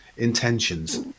intentions